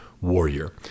warrior